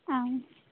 आम्